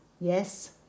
Yes